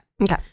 Okay